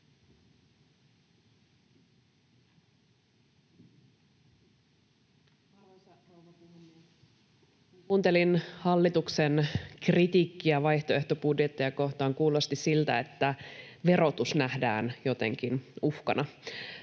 kuuntelin hallituksen kritiikkiä vaihtoehtobudjetteja kohtaan, kuulosti siltä, että verotus nähdään jotenkin uhkana.